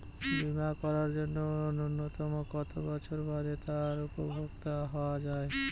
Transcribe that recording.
বীমা করার জন্য ন্যুনতম কত বছর বাদে তার উপভোক্তা হওয়া য়ায়?